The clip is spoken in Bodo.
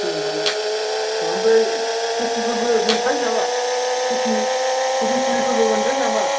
जेबो नङा ना ओमफ्राय खफिफोरबो मोनफायो नामा खफि खफि फुलिफोरबो मोनफायो नामा